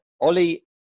Ollie